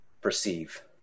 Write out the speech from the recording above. perceive